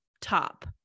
top